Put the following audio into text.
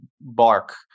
bark